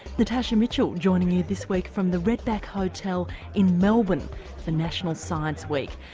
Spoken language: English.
natasha mitchell joining you this week from the redback hotel in melbourne for national science week.